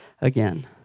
again